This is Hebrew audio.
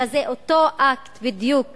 היה זה אותו אקט בדיוק